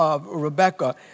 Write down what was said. Rebecca